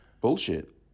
Bullshit